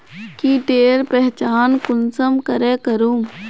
कीटेर पहचान कुंसम करे करूम?